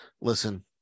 Listen